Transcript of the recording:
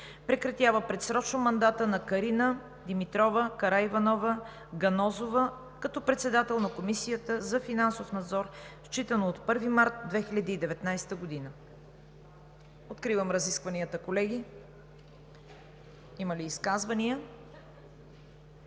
Прекратява предсрочно мандата на Карина Димитрова Караиванова-Ганозова като председател на Комисията за финансов надзор, считано от 1 март 2019 г.“ Колеги, откривам разискванията. Има ли изказвания?